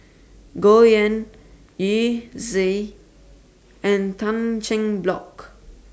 Goh Yihan Yu Zhuye and Tan Cheng Bock